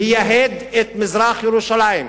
לייהד את מזרח-ירושלים.